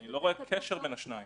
אני לא רואה קשר בין השניים.